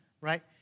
right